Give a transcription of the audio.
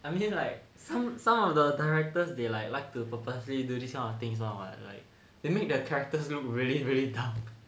I mean like some some of the directors they like to purposely do this kind of things [one] [what] like they make the characters look really really dumb